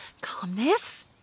Calmness